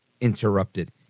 interrupted